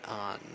on